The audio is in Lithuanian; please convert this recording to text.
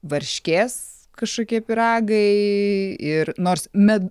varškės kažkokie pyragai ir nors med